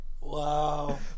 Wow